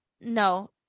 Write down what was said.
no